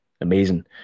amazing